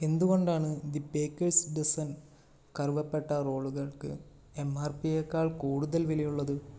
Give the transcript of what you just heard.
എന്തുകൊണ്ടാണ് the baker's dozen കറുവപ്പട്ട റോളുകൾക്ക് എം ആർ പിയെക്കാൾ കൂടുതൽ വിലയുള്ളത്